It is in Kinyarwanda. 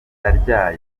ndifuza